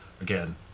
again